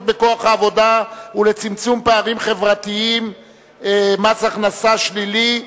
בכוח העבודה ולצמצום פערים חברתיים (מס הכנסה שלילי)